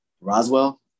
Roswell